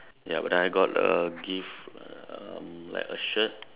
ya but then I got a gift um like a shirt